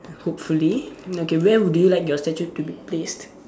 hopefully okay where would you like your statue to be placed